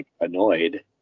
annoyed